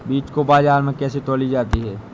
बीज को बाजार में कैसे तौली जाती है?